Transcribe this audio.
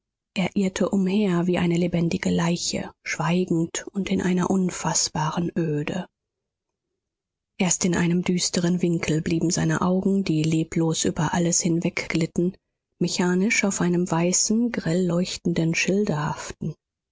irrte umher wie eine lebendige leiche schweigend und in einer unfaßbaren öde erst in einem düsteren winkel blieben seine augen die leblos über alles hinwegglitten mechanisch auf einem weißen grell leuchtenden